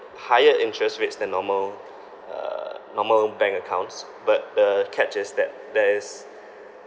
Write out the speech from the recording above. higher interest rates than normal uh normal bank accounts but the catch is that there is